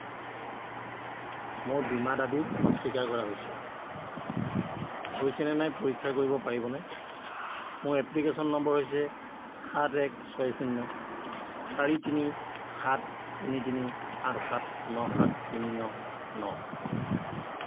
মোৰ বীমা দাবী অস্বীকাৰ কৰা হৈছে হৈছে নে নাই পৰীক্ষা কৰিব পাৰিবনে মোৰ এপ্লিকেশ্যন নম্বৰ হৈছে সাত এক ছয় শূন্য চাৰি তিনি সাত তিনি তিনি আঠ সাত ন সাত তিনি ন ন